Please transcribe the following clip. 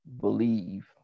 believe